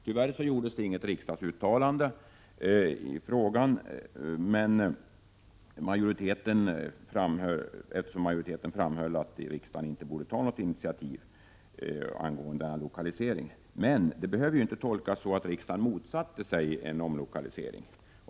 Tyvärr gjordes det inte något riksdagsuttalande i frågan, eftersom majoriteten framhöll att riksdagen inte bör ta initiativ angående lokalisering. Men detta behöver ju inte tolkas såsom att riksdagen motsätter sig en omlokalisering.